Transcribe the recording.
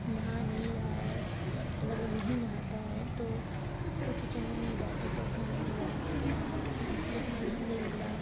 نہا نہیں رہا ہے اگر وہ نہیں نہاتا ہے تو وہ کچن میں نہیں جا سکتا وہ کھانا نہیں بنا سکتا لیکن الحمدللہ